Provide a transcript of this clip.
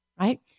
right